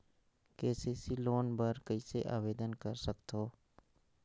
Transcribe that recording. KCC loan बर कइसे आवेदन कर सकथव?